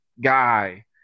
guy